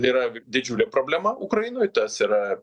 yra didžiulė problema ukrainoj tas yra